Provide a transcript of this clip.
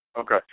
okay